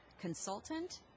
Consultant